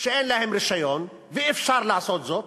שאין להם רישיון, ואפשר לעשות זאת.